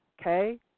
Okay